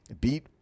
beat